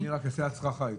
אני רק אעשה הצרחה איתו.